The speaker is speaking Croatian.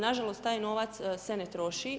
Nažalost, taj novac se ne troši.